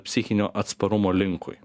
psichinio atsparumo linkui